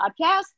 podcast